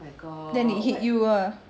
then it hit you ah